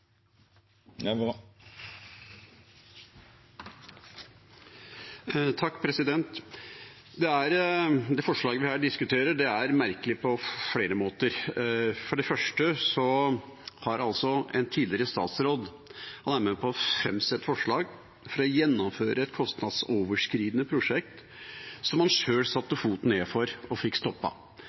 Det forslaget vi nå diskuterer, er merkelig på flere måter. For det første er en tidligere statsråd med på å framsette et forslag om å gjennomføre et kostnadsoverskridende prosjekt som han sjøl satte foten ned for og fikk